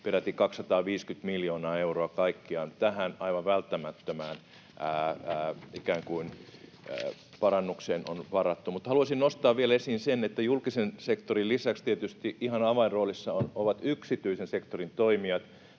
peräti 250 miljoonaa euroa kaikkiaan tähän aivan välttämättömään parannukseen on varattu. Mutta haluaisin nostaa vielä esiin sen, että julkisen sektorin lisäksi tietysti ihan avainroolissa ovat yksityisen sektorin toimijat.